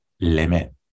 limit